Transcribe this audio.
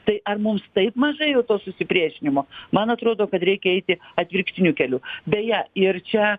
tai ar mums taip mažai jau to susipriešinimo man atrodo kad reikia eiti atvirkštiniu keliu beje ir čia